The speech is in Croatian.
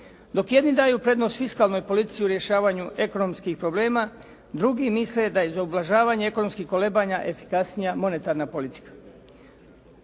Dok jedni daju prednost fiskalnoj politici u rješavanju ekonomskih problema drugi misle da je za ublažavanje ekonomskih kolebanja efikasnija monetarna politika.